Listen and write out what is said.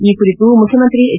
ಈ ಕುರಿತು ಮುಖ್ಜಮಂತ್ರಿ ಹೆಚ್